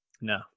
No